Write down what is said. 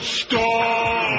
stop